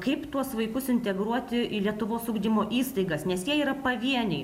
kaip tuos vaikus integruoti į lietuvos ugdymo įstaigas nes jie yra pavieniai